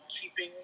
keeping